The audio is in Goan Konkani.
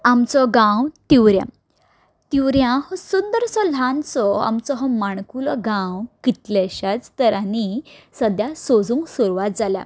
आमचो गांव तिवऱ्या तिवऱ्या हो सुंदरसो ल्हानसो आमचो हो माणकुलो गांव कितल्याश्याच तरांनी सद्द्यां सजूंक सुरवात जाल्या